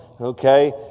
Okay